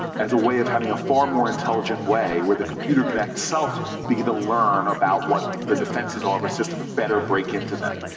as a way of having a far more intelligent way, where the computer can itself be the learner about what the defenses are of a system, and better break into them.